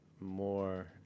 more